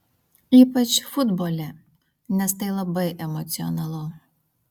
ypač futbole nes tai labai emocionalu